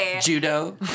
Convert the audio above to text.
Judo